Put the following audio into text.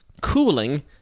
cooling